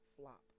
flop